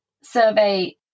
survey